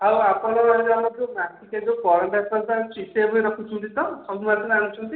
ଆଉ ଆପଣଙ୍କର ଯେଉଁ ଆମର ମାସିକିଆ ଯେଉଁ କରେଣ୍ଟ ଏଫୟାର ଜି କେ ବହି ରଖୁଛନ୍ତି ତ ସବୁ ମାସରେ ଆଣୁଛନ୍ତି